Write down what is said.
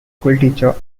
schoolteacher